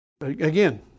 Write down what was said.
again